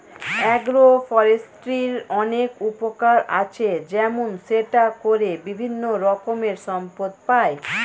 agro ফরেস্ট্রির অনেক উপকার আছে, যেমন সেটা করে বিভিন্ন রকমের সম্পদ পাই